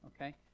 okay